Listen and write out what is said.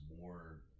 more